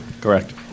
Correct